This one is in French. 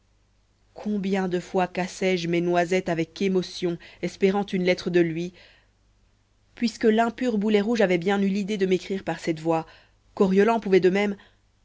combien de fois cassai je mes noisettes avec émotion espérant une lettre de lui puisque l'impur boulet rouge avait bien eu l'idée de m'écrire par cette voie coriolan pouvait de même